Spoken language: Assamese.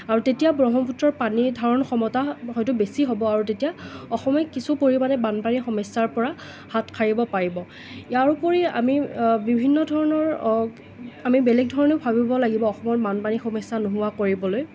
আৰু তেতিয়া ব্ৰহ্মপুত্ৰৰ পানী ধাৰণ ক্ষমতা হয়টো বেছি হ'ব আৰু তেতিয়া অসমে কিছু পৰিমাণে বানপানী সমস্যাৰ পৰা হাত সাৰিব পাৰিব ইয়াৰ উপৰি আমি বিভিন্ন ধৰণৰ আমি বেলেগ ধৰণেও ভাবিব লাগিব অসমৰ বানপানীৰ সমস্যা নোহোৱা কৰিবলৈ